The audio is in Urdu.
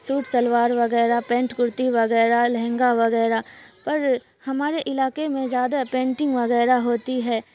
سوٹ شلوار وغیرہ پینٹ کرتی وغیرہ لہنگا وغیرہ پر ہمارے علاقے میں زیادہ پینٹنگ وغیرہ ہوتی ہے